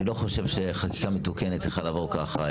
אני לא חושב שחקיקה מתוקנת צריכה לעבור ככה,